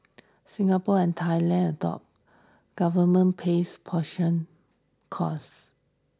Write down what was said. Singapore and Thailand adopt government pays portion costs